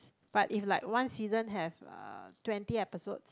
but if like one season have uh twenty episodes